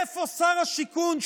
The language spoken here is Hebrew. איפה שר השיכון,